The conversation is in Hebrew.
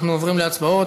אנחנו עוברים להצבעות.